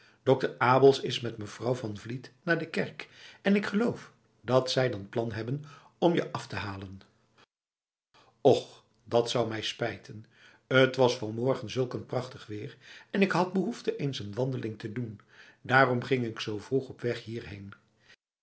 dokter abels is met mevrouw van vliet naar de kerk en ik geloof dat zij dan plan hebben om je af te halen och dat zou mij spijten t was van morgen zulk prachtig weer en ik had behoefte eens een wandeling te doen daarom ging ik zoo vroeg op weg hierheen